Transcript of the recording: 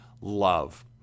love